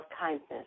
kindness